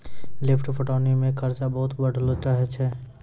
lift पटौनी मे खरचा बहुत बढ़लो रहै छै